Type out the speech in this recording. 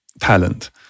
talent